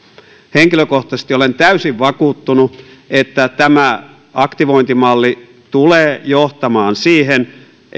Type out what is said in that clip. henkilökohtaisesti olen täysin vakuuttunut että tämä aktivointimalli tulee johtamaan siihen että